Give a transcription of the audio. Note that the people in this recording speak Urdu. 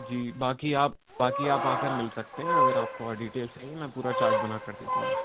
جی باقی آپ باقی آپ آ کر مل سکتے ہیں اگر آپ کو اور ڈیٹیلس چاہیے میں پورا چارٹ بنا کر دے دوں گا